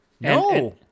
No